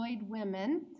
Women